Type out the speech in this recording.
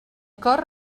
cor